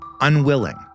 unwilling